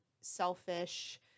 selfish